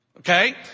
Okay